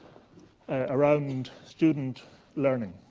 ah around student learning.